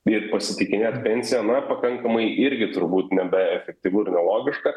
ir pasitikinėt pensiją na pakankamai irgi turbūt nebeefektyvu ir nelogiška